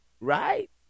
Right